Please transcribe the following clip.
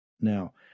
now